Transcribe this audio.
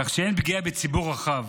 כך שאין פגיעה בציבור רחב,